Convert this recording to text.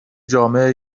جامعه